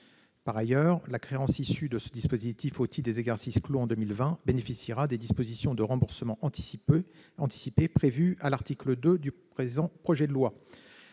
Par ailleurs, la créance issue de ce dispositif au titre des exercices clos en 2020 bénéficiera des dispositions de remboursement anticipé prévues à l'article 2 du présent projet de loi.